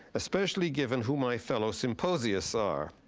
especially given who my fellow symposiists are.